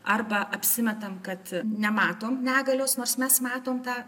arba apsimetam kad nematom negalios nors mes matom tą